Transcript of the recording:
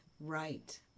Right